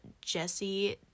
Jesse